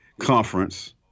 conference